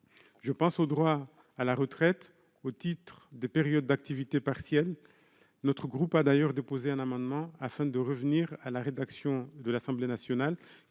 Je pense aux droits à la retraite au titre des périodes d'activité partielle. Notre groupe a d'ailleurs déposé un amendement sur ce sujet, afin de revenir à la rédaction de l'Assemblée nationale,